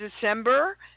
December